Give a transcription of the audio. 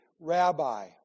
Rabbi